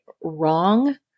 wrong